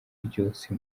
ryose